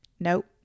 Nope